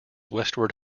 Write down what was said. westward